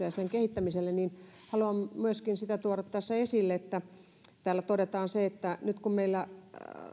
ja sen kehittämiselle niin haluan myöskin sitä tuoda tässä esille että täällä todetaan että nyt kun meillä